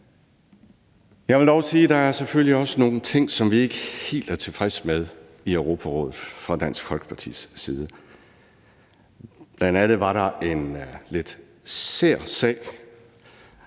Jeg vil dog sige, at der selvfølgelig også er nogle ting, som vi ikke er helt tilfredse med i Europarådet fra Dansk Folkepartis side. Bl.a. var der en lidt sær sag